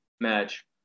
match